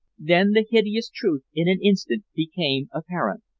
then the hideous truth in an instant became apparent.